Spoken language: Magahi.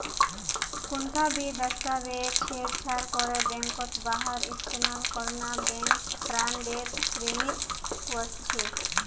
कुंटा भी दस्तावेजक छेड़छाड़ करे बैंकत वहार इस्तेमाल करना बैंक फ्रॉडेर श्रेणीत वस्छे